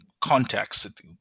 context